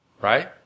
Right